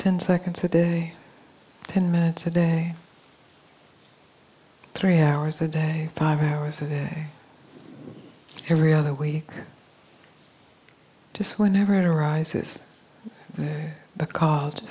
ten seconds a day ten minutes a day three hours a day five hours a day every other week or just whenever it arises because